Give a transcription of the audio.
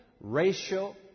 Racial